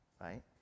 right